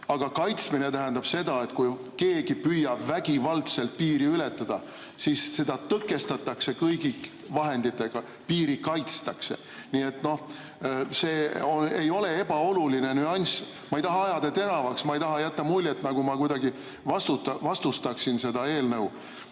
Aga kaitsmine tähendab seda, et kui keegi püüab vägivaldselt piiri ületada, siis seda tõkestatakse kõigi vahenditega. Piiri kaitstakse. Nii et see ei ole ebaoluline nüanss. Ma ei taha ajada asja teravaks, ma ei taha jätta muljet, nagu ma kuidagi vastustaksin seda eelnõu,